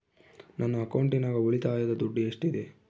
ನನ್ನ ಅಕೌಂಟಿನಾಗ ಉಳಿತಾಯದ ದುಡ್ಡು ಎಷ್ಟಿದೆ?